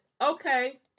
okay